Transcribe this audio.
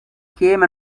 came